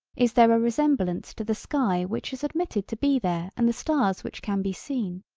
is there a resemblance to the sky which is admitted to be there and the stars which can be seen.